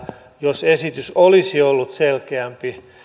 jos esitys olisi ollut selkeämpi